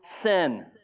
sin